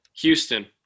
Houston